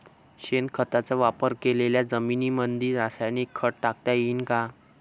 शेणखताचा वापर केलेल्या जमीनीमंदी रासायनिक खत टाकता येईन का?